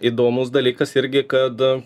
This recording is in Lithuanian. įdomus dalykas irgi kad